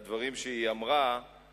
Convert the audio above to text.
לדברים שהיא אמרה,